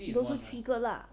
不是 trigger lah